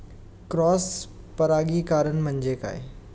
Cross परागीकरण म्हणजे काय?